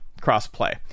cross-play